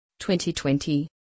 2020